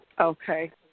Okay